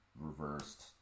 reversed